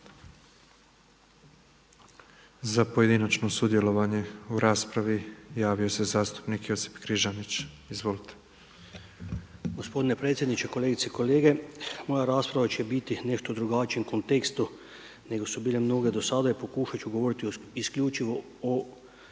Za pojedinačno sudjelovanje u raspravi javio se zastupnik Josip Križanić. Izvolite. **Križanić, Josip (HDZ)** Gospodine predsjedniče, kolegice i kolege. Moja rasprava će biti u nešto drugačijem kontekstu nego su bile mnoge do sada i pokušat ću govoriti isključivo o